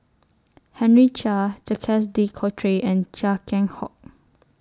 Henry Chia Jacques De Coutre and Chia Keng Hock